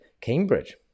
Cambridge